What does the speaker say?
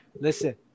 listen